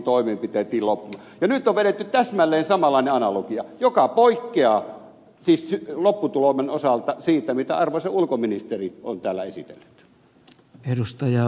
nyt on vedetty täsmälleen samanlainen analogia joka poikkeaa siis lopputuleman osalta siitä mitä arvoisa ulkoministeri on täällä esitellyt